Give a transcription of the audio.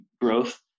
growth